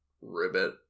Ribbit